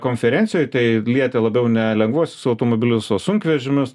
konferencijoj tai lietė labiau ne lengvuosius automobilius o sunkvežimius